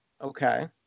Okay